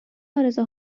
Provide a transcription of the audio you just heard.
عارضه